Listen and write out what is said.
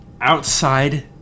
outside